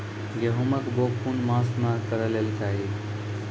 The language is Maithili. गेहूँमक बौग कून मांस मअ करै लेली चाही?